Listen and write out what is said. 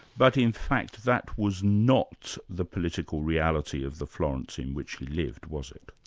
but in fact that was not the political reality of the florence in which he lived, was it?